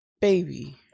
Baby